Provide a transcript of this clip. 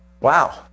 Wow